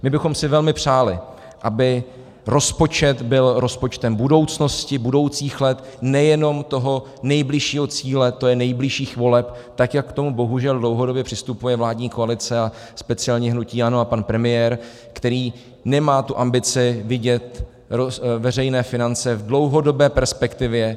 My bychom si velmi přáli, aby rozpočet byl rozpočtem budoucnosti, budoucích let, nejenom toho nejbližšího cíle, tj. nejbližších voleb, tak jak k tomu bohužel dlouhodobě přistupuje vládní koalice a speciálně hnutí ANO a pan premiér, který nemá ambici vidět veřejné finance v dlouhodobé perspektivě.